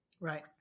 Right